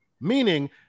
meaning